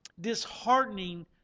disheartening